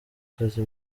akazi